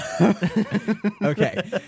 Okay